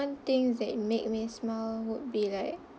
one thing that make me smile would be like